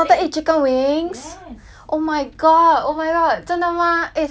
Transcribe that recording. oh my god oh my god 真的吗 eh 他们的 wings 很好吃 eh